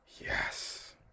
Yes